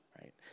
right